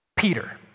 Peter